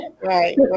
Right